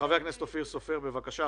ח"כ אופיר סופר, בבקשה.